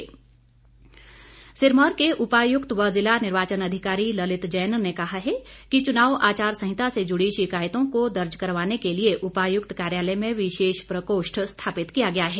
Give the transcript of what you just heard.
DC Sirmaur Sirmaur के उपायुक्त व जिला निर्वाचन अधिकारी ललित जैन ने कहा है कि चुनाव आचार संहिता से जुड़ी शिकायतों को दर्ज करवाने के लिए उपायुक्त कार्यालय में विशेष प्रकोष्ठ स्थापित किया गया है